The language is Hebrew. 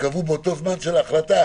שייקבעו באותו זמן של החלטת